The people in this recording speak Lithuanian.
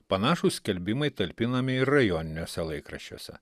panašūs skelbimai talpinami ir rajoniniuose laikraščiuose